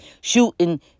Shooting